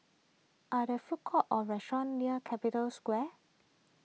are there food courts or restaurants near Capital Square